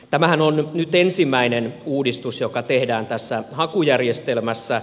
tämähän on nyt ensimmäinen uudistus joka tehdään tässä hakujärjestelmässä